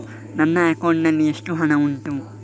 ನನ್ನ ಅಕೌಂಟ್ ನಲ್ಲಿ ಎಷ್ಟು ಹಣ ಉಂಟು?